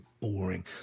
boring